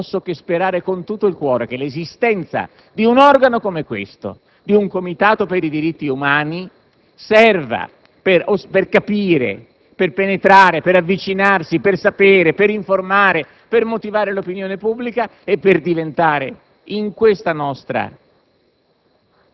ed io non posso che sperare, con tutto il cuore, che l'esistenza di un organo quale una Commissione sui diritti umani serva per capire, per penetrare, per avvicinarsi, per sapere, per informare, per motivare l'opinione pubblica e per diventare un organo